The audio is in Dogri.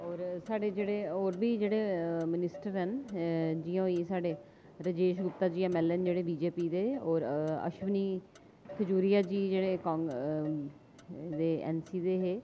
और स्हाड़े जेह्ड़े और बी जेह्ड़े मनिस्टर हैन जियां होई गे साढ़े राजेश गुप्ता जी एमएलए न जेह्ड़े बीजेपी दे और अश्विनी खजूरिया जी जेह्ड़े कांग्रेस एन सी दे हे